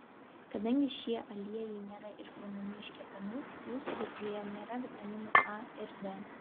kadangi šie aliejai nėra išgaunami iš kepenų jų sudėtyje nėra vitaminų a ir d